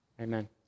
Amen